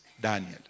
Daniel